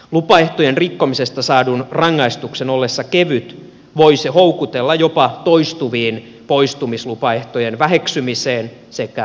lupaehtojen rikkomisesta saadun rangaistuksen ollessa kevyt voi se houkutella jopa toistuvaan poistumislupaehtojen väheksymiseen sekä laiminlyöntiin